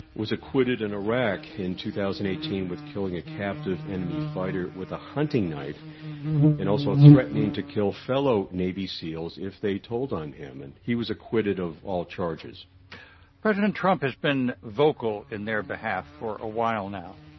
was acquitted in iraq in two thousand and eighteen with killing a captive enemy fighter with a hunting knife and also threatening to kill fellow navy seals if they told on him. and he was acquitted of all charges president trump has been vocal in their behalf for a while now.